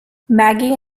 maggie